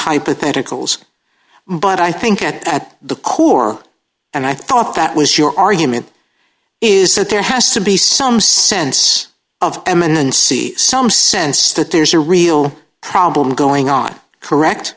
hypotheticals but i think at the core and i thought that was your argument is that there has to be some sense of them and then see some sense that there's a real problem going on correct